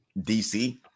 DC